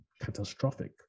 catastrophic